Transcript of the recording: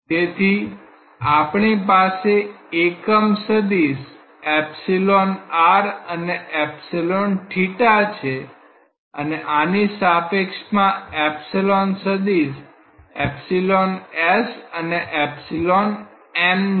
તેથી આપણી પાસે એકમ સદિશ અને છે અને આની સાપેક્ષમાં એકમ સદિશ છે